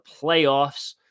playoffs